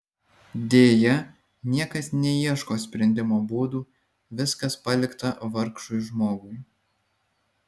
deja niekas neieško sprendimo būdų viskas palikta vargšui žmogui